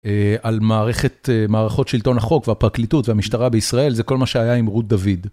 על מערכת, מערכות שלטון החוק והפרקליטות והמשטרה בישראל, זה כל מה שהיה עם רות דוד.